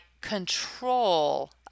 control